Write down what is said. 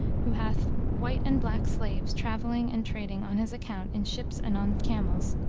who hath white and black slaves travelling and trading on his account in ships and on camels,